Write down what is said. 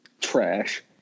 Trash